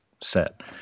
set